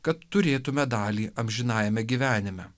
kad turėtume dalį amžinajame gyvenime